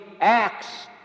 acts